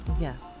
yes